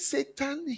Satan